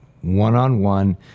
one-on-one